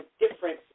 different